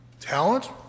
Talent